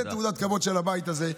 זאת תעודת הכבוד של הבית הזה.